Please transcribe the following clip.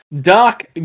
Dark